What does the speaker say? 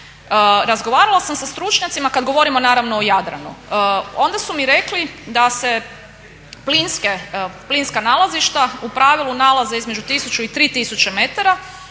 Razgovarala sam sa stručnjacima, kad govorimo naravno o Jadranu, onda su mi rekli da se plinska nalazišta u pravilu nalaze između 1000 i 3000 metara